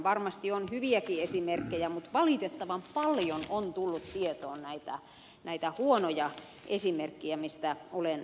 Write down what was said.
varmasti on hyviäkin esimerkkejä mutta valitettavan paljon on tullut tietoon näitä huonoja esimerkkejä mistä olen huolestunut